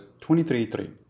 23.3